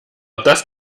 das